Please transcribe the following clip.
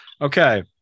Okay